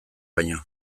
baino